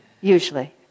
Usually